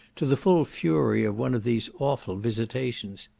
to the full fury of one of these awful visitations.